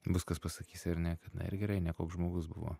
bus kas pasakys ar ne kad na ir gerai nekoks žmogus buvo